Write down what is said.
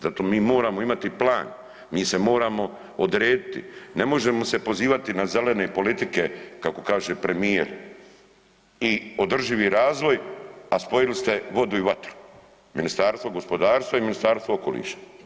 Zato mi moramo imati plan, mi se moramo odrediti, ne možemo se pozivati na zelene politike kako kaže premijer i održivi razvoj a spojili ste vodu i vatru, Ministarstvo gospodarstva i Ministarstvo okoliša.